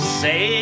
say